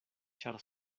ĉar